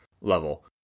level